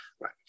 Right